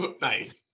Nice